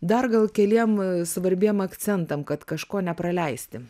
dar gal keliem svarbiem akcentam kad kažko nepraleisti